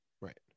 Right